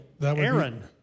Aaron